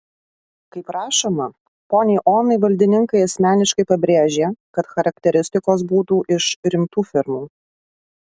kaip rašoma poniai onai valdininkai asmeniškai pabrėžė kad charakteristikos būtų iš rimtų firmų